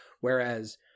whereas